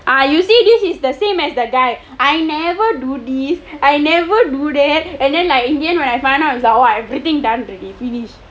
ah you see this is the same as that guy I never do this I never do that and then like in the end when I find out is like everything done already finish